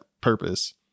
purpose